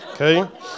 okay